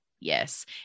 Yes